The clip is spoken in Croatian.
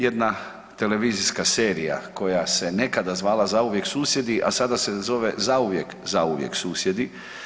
Jedna televizijska serija koja se nekada zvala „Zauvijek susjedi“ a sada se zove „Zauvijek, zauvijek susjedi“